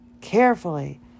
carefully